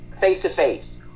face-to-face